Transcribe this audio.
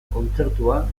kontzertua